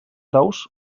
daus